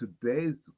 today's